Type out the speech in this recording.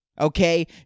Okay